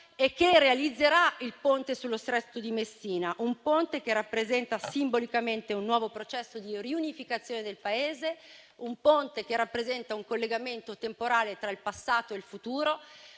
e che realizzerà il Ponte sullo Stretto di Messina, che rappresenta simbolicamente un nuovo processo di riunificazione del Paese e un collegamento temporale tra il passato e il futuro.